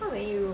how many room ah